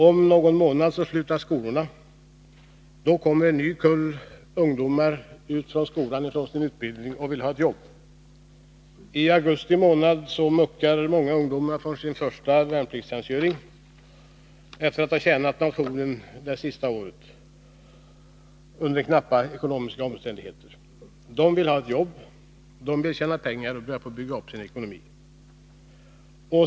Om någon månad slutar skolorna, och då kommer en ny kull ungdomar ut från sin utbildning och vill ha ett jobb. I augusti muckar många ungdomar från sin första värnpliktstjänstgöring efter att ha tjänat nationen det senaste året under knappa ekonomiska omständigheter. De vill ha ett jobb, de vill tjäna pengar och börja bygga upp sin ekonomi.